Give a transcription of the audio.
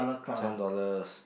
ten dollars